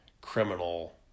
criminal